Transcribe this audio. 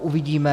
Uvidíme.